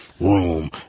room